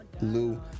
Lou